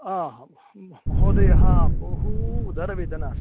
आम् महोदयः बहु उदरवेदना अस्ति